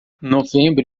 novembro